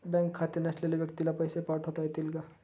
Bank खाते नसलेल्या व्यक्तीला पैसे पाठवता येतील का?